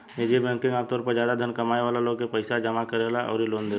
निजी बैंकिंग आमतौर पर ज्यादा धन कमाए वाला लोग के पईसा जामा करेला अउरी लोन देवेला